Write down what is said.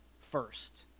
First